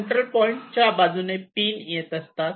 central पॉइंटला च्या बाजूने पिन येत असतात